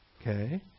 Okay